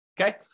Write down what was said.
Okay